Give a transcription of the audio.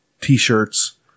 t-shirts